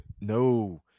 No